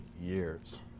years